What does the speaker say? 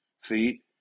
See